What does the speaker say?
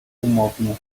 umownie